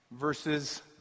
verses